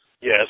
Yes